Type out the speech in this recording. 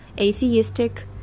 atheistic